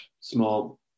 small